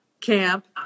camp